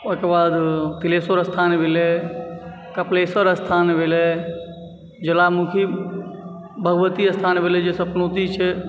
ओहिके बाद तिल्हेश्वर स्थान भेलय कपिलेश्वर स्थान भेलय ज्वालामुखी भगवती स्थान भेलय जे सपनौती छै